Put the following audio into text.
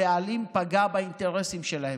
הבעלים פגע באינטרסים שלהם.